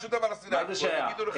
הם נציגי הרשות הפלסטינית פה, הם יגידו לך.